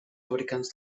fabricants